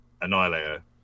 Annihilator